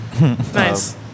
Nice